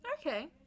Okay